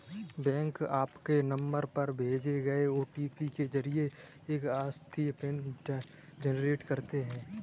bank आपके number पर भेजे गए ओ.टी.पी के जरिए एक अस्थायी पिन जनरेट करते हैं